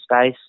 space